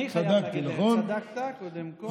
אני חייב להגיד, צדקת, קודם כול.